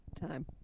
time